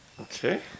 Okay